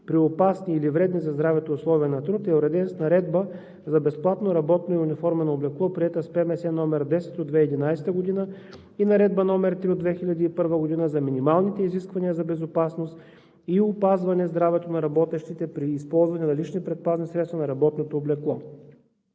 при опасни или вредни за здравето условия на труд, е уреден с Наредба за безплатно работно и униформено облекло, приета с ПМС № 10 от 2011 г. и Наредба № 3 от 2001 г. за минималните изисквания за безопасност и опазване здравето на работещите при използване на лични предпазни средства на работното място.